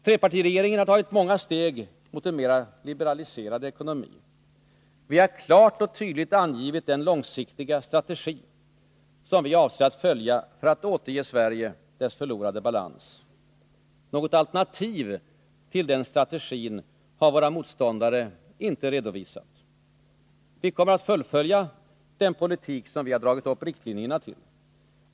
Trepartiregeringen har tagit många steg mot en mera liberaliserad ekonomi. Vi har klart och tydligt angivit den långsiktiga strategi som vi avser att följa för att återge Sverige dess förlorade balans. Något alternativ till den strategin har våra motståndare icke redovisat. Vi kommer att fullfölja den politik vi dragit upp riktlinjerna till.